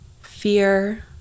fear